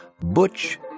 Butch